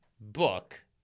book